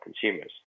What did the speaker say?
consumers